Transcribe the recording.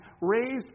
raised